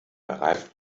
reift